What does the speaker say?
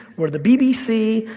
were the bbc,